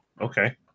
okay